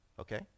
Okay